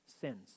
sins